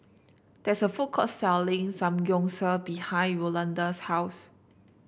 there is a food court selling Samgeyopsal behind Rolanda's house